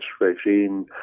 regime